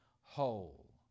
whole